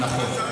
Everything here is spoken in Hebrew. נכון,